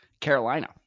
Carolina